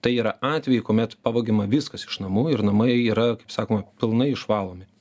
tai yra atvejai kuomet pavogiama viskas iš namų ir namai yra kaip sakoma pilnai išvalomi